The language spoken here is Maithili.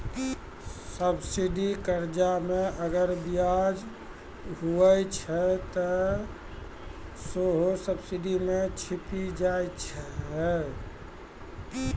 सब्सिडी कर्जा मे अगर बियाज हुवै छै ते हौ सब्सिडी मे छिपी जाय छै